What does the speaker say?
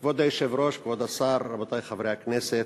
כבוד היושב-ראש, כבוד השר, רבותי חברי הכנסת,